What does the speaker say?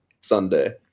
Sunday